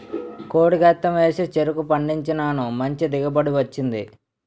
కోడి గెత్తెం ఏసి చెరుకు పండించినాను మంచి దిగుబడి వచ్చింది